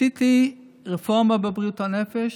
עשיתי רפורמה בבריאות הנפש,